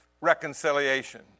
reconciliation